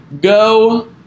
go